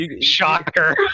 Shocker